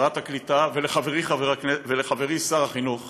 לשרת הקליטה ולחברי שר החינוך